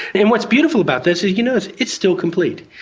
and what's beautiful about this is you know it's it's still complete.